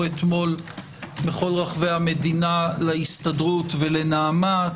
אתמול בכל רחבי המדינה להסתדרות ולנעמ"ת.